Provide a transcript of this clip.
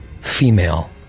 female